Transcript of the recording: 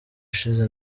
ushize